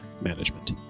Management